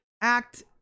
act